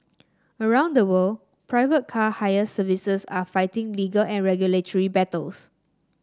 around the world private car hire services are fighting legal and regulatory battles